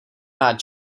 rád